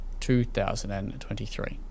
2023